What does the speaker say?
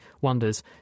wonders